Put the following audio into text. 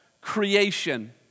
creation